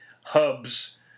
hubs